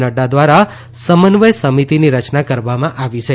નડૃા ધ્વારા સમન્વય સમિતિની રચના કરવામાં આવી છે